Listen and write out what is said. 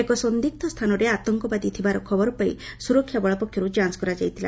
ଏକ ସନ୍ଦିଗ୍ଧ ସ୍ଥାନରେ ଆତଙ୍କବାଦୀ ଥିବାର ଖବର ପାଇ ସୁରକ୍ଷା ବଳ ପକ୍ଷରୁ ଯାଞ୍ଚ କରାଯାଇଥିଲା